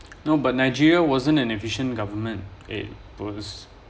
no but nigeria wasn't an efficient government it was